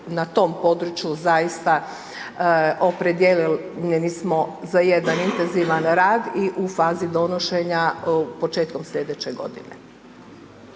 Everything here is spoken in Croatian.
na tom području zaista opredijeljeni smo za jedan intenzivan rad i u fazi donošenja početkom slijedeće godine.